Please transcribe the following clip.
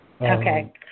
Okay